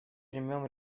примем